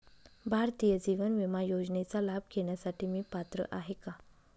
भारतीय जीवन विमा योजनेचा लाभ घेण्यासाठी मी पात्र आहे का?